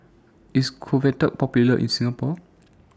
IS Convatec Popular in Singapore